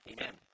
Amen